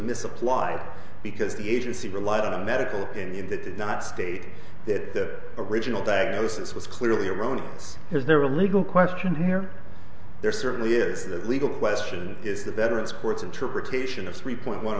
misapplied because the agency relied on a medical opinion that did not state that original diagnosis was clearly erroneous has there a legal question here there certainly is the legal question is the veterans courts interpretation of three point one